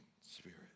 spirit